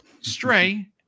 Stray